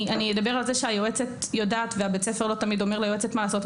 אני אדבר על זה שהיועצת יודעת ובית הספר לא תמיד אומר ליועצת מה לעשות.